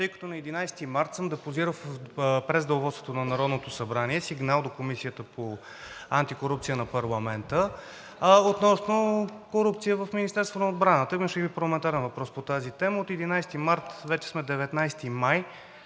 тъй като на 11 март съм депозирал през Деловодството на Народното събрание сигнал до Комисията по антикорупция на парламента относно корупция в Министерството на отбраната. Имаше парламентарен въпрос по тази тема от 11 март, вече сме 19 май.